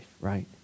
right